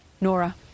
Nora